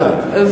ודאי.